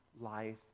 life